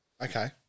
Okay